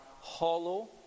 hollow